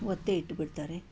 ಒತ್ತೆ ಇಟ್ಬಿಡ್ತಾರೆ